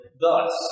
thus